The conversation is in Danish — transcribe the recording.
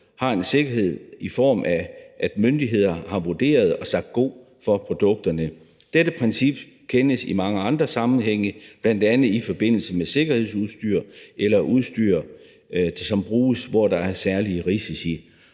har en sikkerhed, i form af at myndigheder har vurderet og sagt god for produkterne. Dette princip kendes i mange andre sammenhænge, bl.a. i forbindelse med sikkerhedsudstyr eller udstyr, som bruges, hvor der er særlige risici.